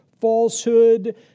falsehood